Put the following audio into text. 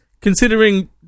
considering